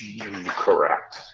Correct